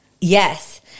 Yes